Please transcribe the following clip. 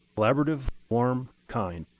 collaborative, warm, kind.